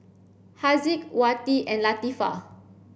Haziq Wati and Latifa